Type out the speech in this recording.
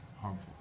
Harmful